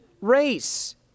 race